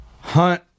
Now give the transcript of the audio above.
Hunt